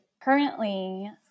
currently